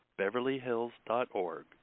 beverlyhills.org